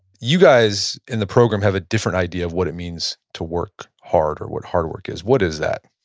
you guys in the program have a different idea of what it means to work hard or what hard work is. what is that?